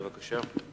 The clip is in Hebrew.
בבקשה.